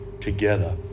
together